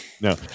No